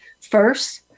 first